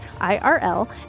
IRL